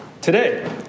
today